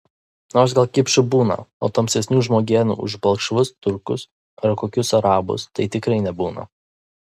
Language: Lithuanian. nors gal kipšų būna o tamsesnių žmogėnų už balkšvus turkus ar kokius arabus tai tikrai nebūna